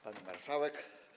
Pani Marszałek!